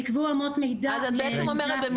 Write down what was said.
נקבעו אמות מידה --- אז את בעצם אומרת,